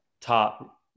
top